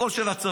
הכול של הצבא.